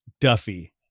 Duffy